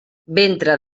ventre